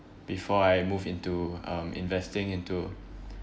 before I move into um investing into